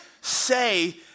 say